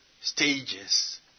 stages